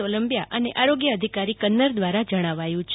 તોલમ્બીયા અને આરોગ્ય અધિકારી કન્નર દ્વારા જણાવાયું છે